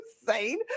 insane